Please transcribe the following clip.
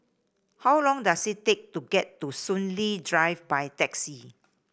how long does it take to get to Soon Lee Drive by taxi